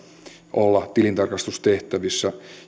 olla tilintarkastustehtävissä